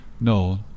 no